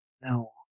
No